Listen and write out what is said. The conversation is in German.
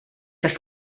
das